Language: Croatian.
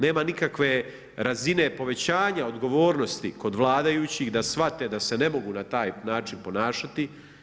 Nema nikakve razine povećanja odgovornosti kod vladajućih da shvate da se ne mogu na taj način ponašati.